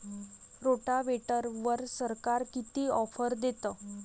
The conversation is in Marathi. रोटावेटरवर सरकार किती ऑफर देतं?